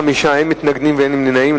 חמישה בעד, אין מתנגדים ואין נמנעים.